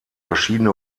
verschiedene